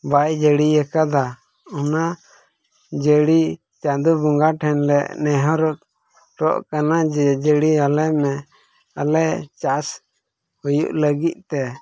ᱵᱟᱭ ᱡᱟᱹᱲᱤᱭᱟᱠᱟᱫᱟ ᱚᱱᱟ ᱡᱟᱹᱲᱤ ᱪᱟᱸᱫᱚ ᱵᱚᱸᱜᱟ ᱴᱷᱮᱱ ᱞᱮ ᱱᱮᱦᱚᱨᱚᱜ ᱠᱟᱱᱟ ᱡᱮ ᱡᱟᱹᱲᱤᱭᱟᱞᱮ ᱢᱮ ᱟᱞᱮ ᱪᱟᱥ ᱦᱩᱭᱩᱜ ᱞᱟᱹᱜᱤᱫᱛᱮ